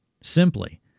simply